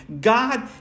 God